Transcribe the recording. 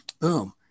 Boom